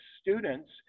students